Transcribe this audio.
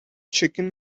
chicken